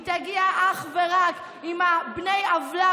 היא תגיע אך ורק אם בני העוולה,